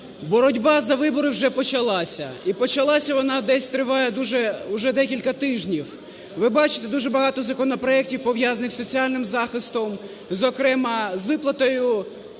боротьба за вибори вже почалася, і почалася вона… десь триває дуже вже декілька тижнів. Ви бачите, дуже багато законопроектів, пов'язаних з соціальним захистом, зокрема з виплатою